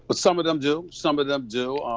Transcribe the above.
but some of them do, some of them do,